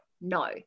no